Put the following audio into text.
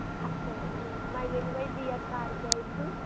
اچھا وۅنۍ ؤنِو وۅنۍ ڈیٹ کَر کیٛازِ ہیوٗ